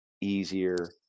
easier